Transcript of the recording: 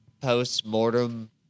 post-mortem